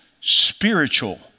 spiritual